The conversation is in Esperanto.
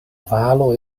valo